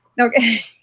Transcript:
Okay